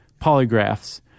polygraphs